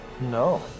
No